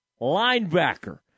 linebacker